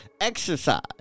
exercise